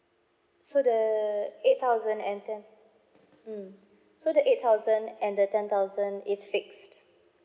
so the eight thousand and ten mm so the eight thousand and the ten thousand is fixed